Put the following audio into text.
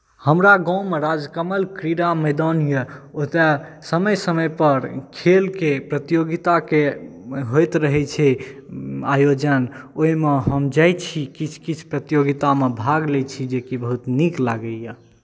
हमरा गाँवमे राजकमल क्रीड़ा मैदान यए ओतय समय समयपर खेलके प्रतियोगिताके होइत रहै छै आयोजन ओहिमे हम जाइत छी किछु किछु प्रतियोगितामे भाग लैत छी जेकि बहुत नीक लागैए